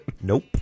Nope